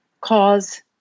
cause